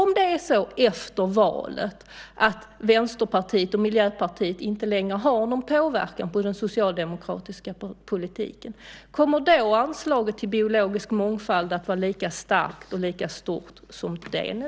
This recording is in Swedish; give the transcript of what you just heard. Om det är så efter valet att Vänsterpartiet och Miljöpartiet inte längre har någon påverkan på den socialdemokratiska politiken, kommer då anslaget till biologisk mångfald att vara lika stort och starkt som det är nu?